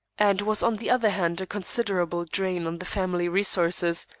and was on the other hand a considerable drain on the family resources,